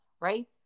right